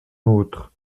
autre